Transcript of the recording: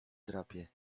drapie